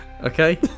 Okay